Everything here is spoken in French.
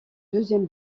deuxième